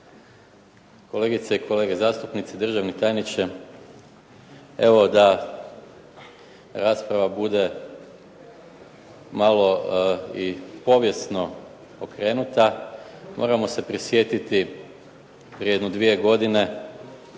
kolegice i kolege zastupnici, državni tajniče. Evo da rasprava bude malo i povijesno okrenuta moramo se prisjetiti prije jedno dvije godine